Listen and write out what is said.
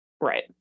right